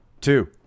two